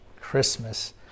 Christmas